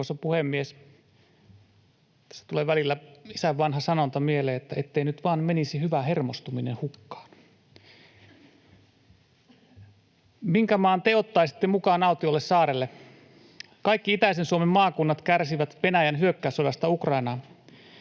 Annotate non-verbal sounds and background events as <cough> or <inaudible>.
Arvoisa puhemies! Tässä tulee välillä mieleen isän vanha sanonta: ”Ettei nyt vaan menisi hyvä hermostuminen hukkaan.” <laughs> Minkä maan te ottaisitte mukaan autiolle saarelle? Kaikki itäisen Suomen maakunnat kärsivät Venäjän hyökkäyssodasta Ukrainaan.